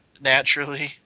naturally